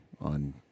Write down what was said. on